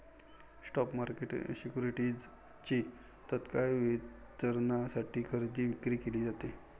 spot market सिक्युरिटीजची तत्काळ वितरणासाठी खरेदी विक्री केली जाते